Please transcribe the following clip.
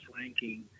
ranking